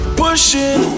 pushing